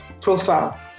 profile